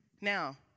Now